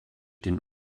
den